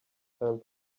time